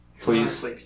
Please